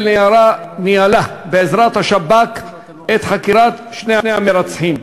ניהלה בעזרת השב"כ את חקירת שני המרצחים.